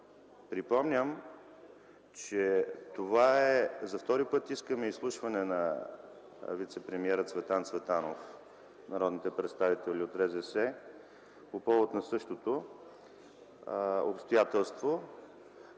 Припомням, че за втори път искаме изслушване на вицепремиера Цветан Цветанов – ние, народните представители от РЗС, по повод на същото обстоятелство.